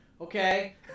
Okay